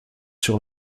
sur